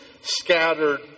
scattered